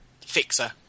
Fixer